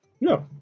No